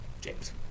James